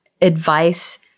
advice